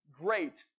great